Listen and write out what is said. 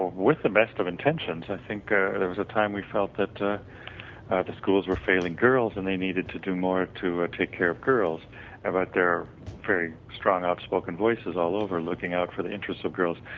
with the best of intentions. i think there was a time we felt that the schools were failing girls and they needed to do more to ah take care of girls about their very strong outspoken voices all over looking out for the interests of girls.